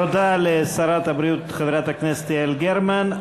תודה לשרת הבריאות חברת הכנסת יעל גרמן.